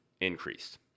increased